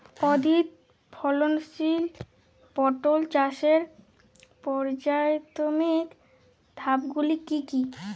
অধিক ফলনশীল পটল চাষের পর্যায়ক্রমিক ধাপগুলি কি কি?